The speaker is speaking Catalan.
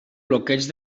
bloqueig